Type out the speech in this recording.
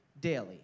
daily